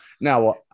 Now